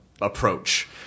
approach